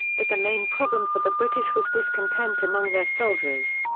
but the main problem for the british was discontent among their soldiers.